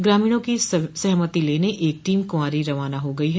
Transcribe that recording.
ग्रामीणों की सहमति लेने एक टीम कुंवारी रवाना हो गई है